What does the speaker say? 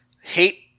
Hate